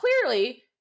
clearly